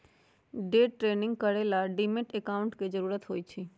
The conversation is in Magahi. डे ट्रेडिंग करे ला डीमैट अकांउट के जरूरत होई छई